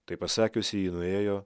tai pasakiusi ji nuėjo